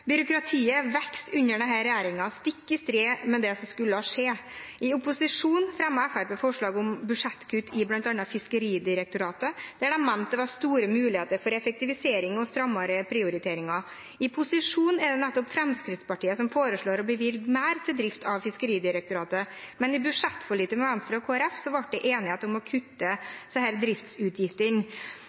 Byråkratiet vokser under denne regjeringen, stikk i strid med det som skulle skje. I opposisjon fremmet Fremskrittspartiet forslag om budsjettkutt i bl.a. Fiskeridirektoratet, der de mente det var store muligheter for effektivisering og strammere prioriteringer. I posisjon er det nettopp Fremskrittspartiet som foreslår å bevilge mer til drift av Fiskeridirektoratet, men i budsjettforliket med Venstre og Kristelig Folkeparti ble det enighet om å kutte i disse